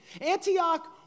Antioch